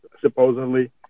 supposedly